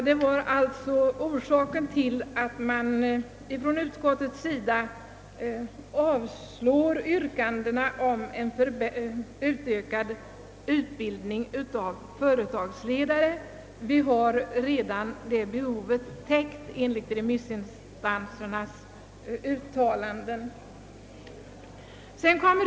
Detta var alltså orsaken till att utskottet avstyrker yrkandena om en utökad utbildning av företagsledare. Vi har redan behovet täckt enligt remissinstansernas uttalanden.